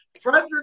Frederick